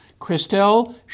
Christelle